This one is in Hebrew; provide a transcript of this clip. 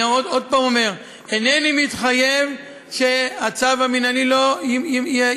עוד פעם אני אומר: אינני מתחייב שהצו המינהלי לא יוארך,